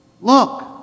Look